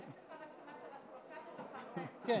בבקשה, אדוני,